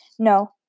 No